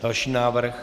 Další návrh.